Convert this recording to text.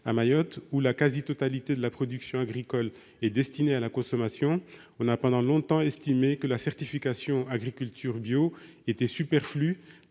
À Mayotte, où la quasi-totalité de la production agricole est destinée à la consommation, on a longtemps estimé que la certification « agriculture bio » était superflue